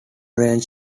range